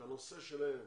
שהנושא שלהם